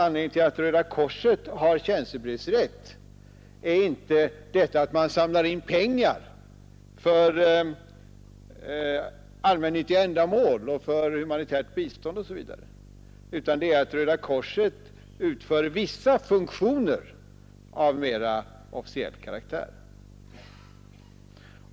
Anledningen till att Röda korset har tjänstebrevsrätt är inte att man samlar in pengar för allmännyttiga ändamål, för humanitärt bistånd osv., utan att Röda korset utför vissa funktioner av mera officiell karaktär.